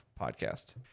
podcast